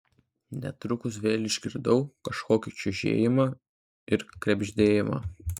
netrukus vėl išgirdau kažkokį čiužėjimą ir krebždėjimą